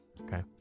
Okay